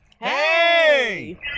Hey